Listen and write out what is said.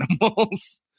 animals